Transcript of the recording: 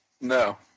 No